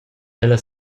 ella